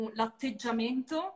l'atteggiamento